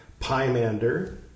Pymander